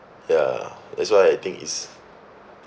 ya that's why I think it's